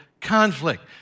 conflict